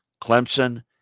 Clemson